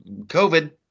COVID